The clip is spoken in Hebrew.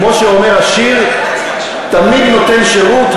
כמו שאומר השיר: תמיד נותן שירות,